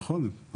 נכון,